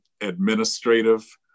administrative